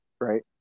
right